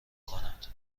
کند